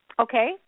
Okay